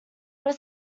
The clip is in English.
what